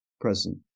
present